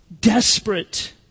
desperate